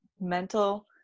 mental